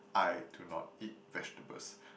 I do not eat vegetables